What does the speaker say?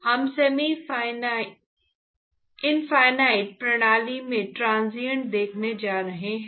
हम semi infinite प्रणाली में ट्रांसिएंट देखने जा रहे हैं